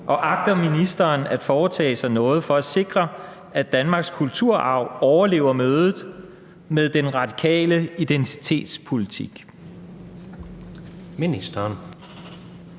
og agter ministeren at foretage sig noget for at sikre, at Danmarks kulturarv overlever mødet med den radikale identitetspolitik?